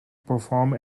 perform